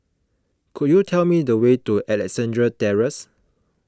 could you tell me the way to Alexandra Terrace